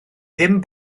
ddim